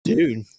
Dude